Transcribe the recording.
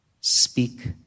speak